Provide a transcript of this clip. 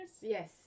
Yes